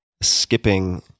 skipping